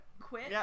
quit